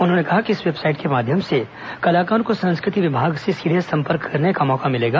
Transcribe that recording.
उन्होंने कहा कि इस वेबसाइट के माध्यम से कलाकारों को संस्कृति विभाग से सीधे संपर्क करने का अवसर मिलेगा